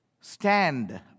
Stand